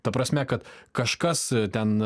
ta prasme kad kažkas ten